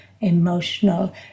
emotional